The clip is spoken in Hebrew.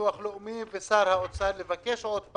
ביטוח לאומי ושר האוצר כדי לבקש שוב.